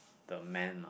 the man